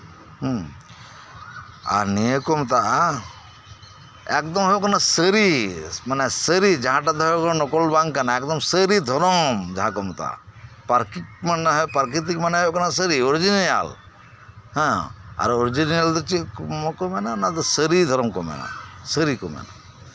ᱦᱮᱸ ᱟᱨ ᱱᱤᱭᱟᱹ ᱠᱚ ᱢᱮᱛᱟᱜᱼᱟ ᱮᱠᱫᱚᱢ ᱦᱩᱭᱩᱜ ᱠᱟᱱᱟ ᱥᱟᱹᱨᱤ ᱡᱟᱸᱦᱟᱴᱟᱜ ᱫᱚ ᱱᱚᱠᱚᱞ ᱵᱟᱝ ᱠᱟᱱᱟ ᱮᱠᱫᱚᱢ ᱥᱟᱹᱨᱤ ᱫᱷᱚᱨᱚᱢ ᱡᱟᱦᱟᱸ ᱠᱚ ᱢᱮᱛᱟᱜ ᱯᱨᱟᱠᱤᱨᱛᱤᱠ ᱢᱟᱱᱮ ᱦᱩᱭᱩᱜ ᱠᱟᱱᱟ ᱚᱨᱤᱡᱤᱱᱟᱞ ᱦᱮᱸ ᱟᱨ ᱚᱨᱤᱡᱤᱱᱟᱞ ᱫᱚᱠᱚ ᱢᱮᱛᱟᱜᱼᱟ ᱥᱟᱹᱨᱤ ᱫᱷᱚᱨᱚᱢ ᱠᱚ ᱢᱮᱱᱟ ᱥᱟᱹᱨᱤ ᱠᱚ ᱢᱮᱱᱟ